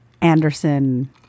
Anderson